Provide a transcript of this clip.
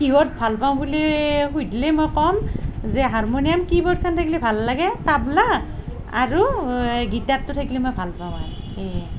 কিহত ভাল পাওঁ বুলি সুধিলে মই ক'ম যে হাৰমনিয়াম কীবৰ্ডখন থাকিলে ভাল লাগে তাবলা আৰু এই গীটাৰটো থাকিলে মই ভাল পাওঁ আৰু এইয়ে